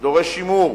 שדורש שימור,